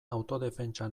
autodefentsa